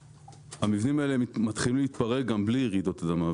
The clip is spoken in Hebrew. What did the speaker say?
המבנים האלה מתחילים להתפרק גם בלי רעידות אדמה.